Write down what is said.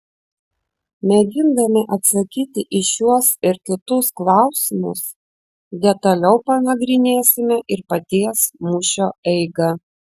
mėgindami atsakyti į šiuos ir kitus klausimus detaliau panagrinėsime ir paties mūšio eigą